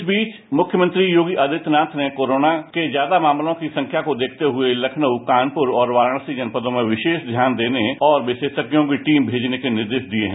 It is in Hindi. इस बीच मुख्यमंत्री योगी आदित्यनाथ ने कोरोना के ज्यादा मामलों की संख्या देखते हुए तखनऊ कानपुर और वाराणसी जनपदों में विशेष ध्यान देने और विशेषज्ञों की टीम भेजने के निर्देश दिए हैं